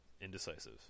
Indecisive